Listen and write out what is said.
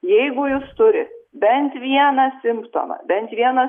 jeigu jis turi bent vieną simptomą bent vieną